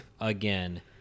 again